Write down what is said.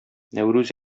нәүрүз